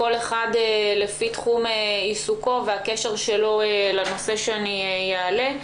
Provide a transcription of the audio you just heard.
כל אחד לפי תחום עיסוקו והקשר שלו לנושא שאני אעלה.